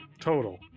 total